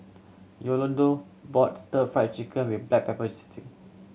Yolonda bought Stir Fry Chicken with black pepper